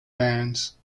bands